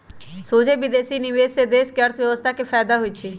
सोझे विदेशी निवेश से देश के अर्थव्यवस्था के फयदा होइ छइ